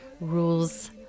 rules